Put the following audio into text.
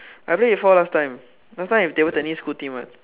I play before last time last time is table tennis school team one